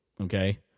Okay